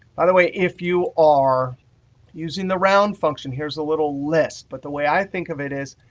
the way, if you are using the round function, here's a little list. but the way i think of it is,